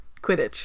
Quidditch